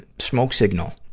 smoke signal.